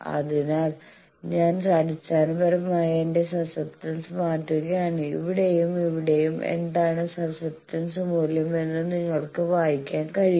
അതിനാൽ ഞാൻ അടിസ്ഥാനപരമായി എന്റെ സസ്സെപ്റ്റൻസ് മാറ്റുകയാണ് ഇവിടെയും ഇവിടേയും എന്താണ് സപ്സെപ്റ്റൻസ് മൂല്യം എന്ന് നിങ്ങൾക്ക് വായിക്കാൻ കഴിയും